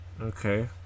Okay